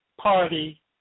Party